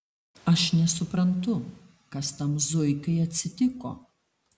aš nesuprantu kas tam zuikai atsitiko